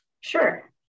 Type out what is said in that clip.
Sure